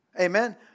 Amen